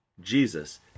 Jesus